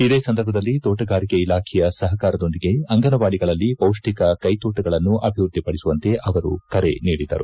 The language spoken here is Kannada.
ಇದೇ ಸಂದರ್ಭದಲ್ಲಿ ತೋಟಗಾರಿಕೆ ಇಲಾಖೆಯ ಸಪಕಾರದೊಂದಿಗೆ ಅಂಗನವಾಡಿಗಳಲ್ಲಿ ಪೌಷ್ಠಿಕ ಕೈಕೋಟಗಳನ್ನು ಅಭಿವೃದ್ಧಿಪಡಿಸುವಂತೆ ಅವರು ಕರೆ ನೀಡಿದರು